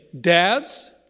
dads